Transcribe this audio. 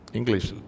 English